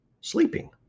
sleeping